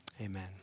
Amen